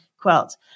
quilt